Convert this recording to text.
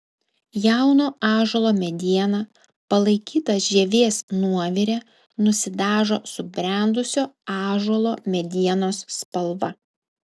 jauno ąžuolo mediena palaikyta žievės nuovire nusidažo subrendusio ąžuolo medienos spalva